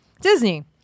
Disney